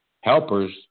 helpers